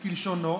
כלשונו,